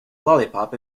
lollipop